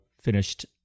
finished